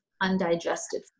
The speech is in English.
undigested